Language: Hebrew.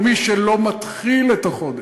במי שלא מתחיל את החודש.